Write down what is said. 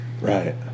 Right